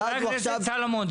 חבר הכנסת סולומון,